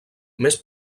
més